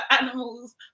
animals